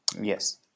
Yes